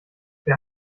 wer